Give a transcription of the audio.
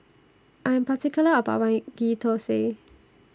I Am particular about My Ghee Thosai